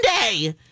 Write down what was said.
Monday